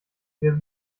wer